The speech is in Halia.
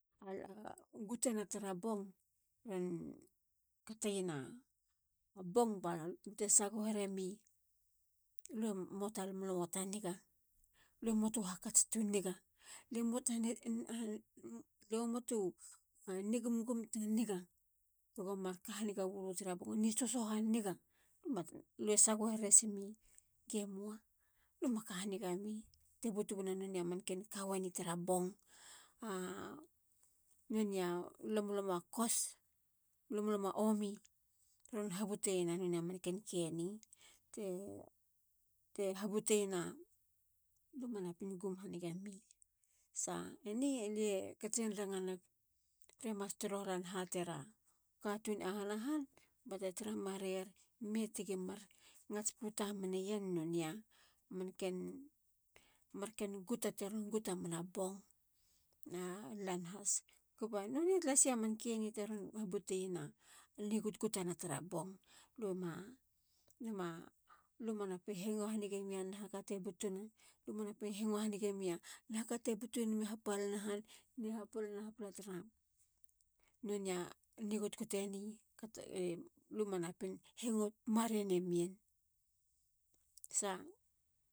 A getana tara bong ron kateyena bong balute sagoho heremi lu muata lomlomo ta niga. lu muatu nigumgum tu niga. li muatu nigumgum tu niga tego mar kahaniga wilu tara bong. ni sohosohu niga. lue sagoho here hasemi ge moa. lu ma ka haniga mi. te but wena noneya marken kaweni tara bong. nonei a lomoloma kos. lomlomo omi. ron habuteyena nonei a marken keni. te habuteyena lue manapin gum haniga mi. sa eni. alie katsin ranga neg. ragi torohalan hateru katun i yahana han bate tara mareyer ime tigi mar ngats puta meniyen noneya marken guta teron guta mena bong. na lan has. kuba none talasiya mankeni teron habuteyena ni gutgutuna tara bong. lue ma napin hengo hanige miya nahakate butuna. luma manapin hengo hanige miya naha ka te butunami hapalana han. ni hapala. ni hapala tara nonei a ni gutguteni. lu manapin hengo mare nemiyen. sa